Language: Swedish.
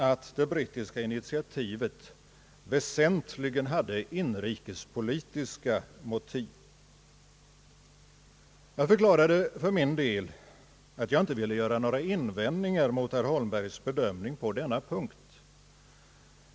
att det brittiska initiativet väsentligen hade inri kespolitiska motiv. Jag förklarade för min del att jag inte ville göra några invändningar mot herr Holmbergs bedömningar på denna punkt.